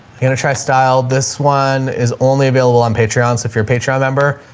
i'm going to try style. this one is only available on patriots. if you're a patriot member,